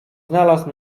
znalazł